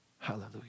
Hallelujah